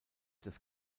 des